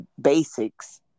basics